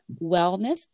wellness